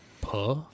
Puh